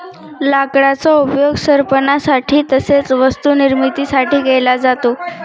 लाकडाचा उपयोग सरपणासाठी तसेच वस्तू निर्मिती साठी केला जातो